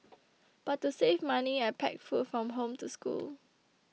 but to save money I packed food from home to school